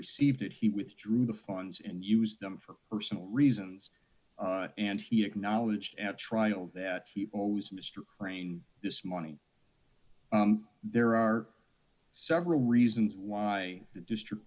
received it he withdrew the funds and used them for personal reasons and he acknowledged at trial that he always mr crane this money there are several reasons why the district